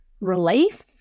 relief